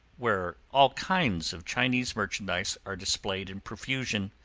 where all kinds of chinese merchandise are displayed in profusion.